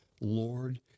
Lord